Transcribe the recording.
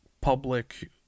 public